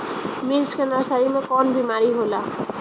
मिर्च के नर्सरी मे कवन बीमारी होला?